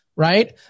Right